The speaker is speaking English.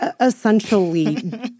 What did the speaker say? essentially